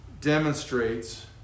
demonstrates